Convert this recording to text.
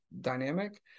dynamic